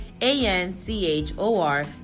a-n-c-h-o-r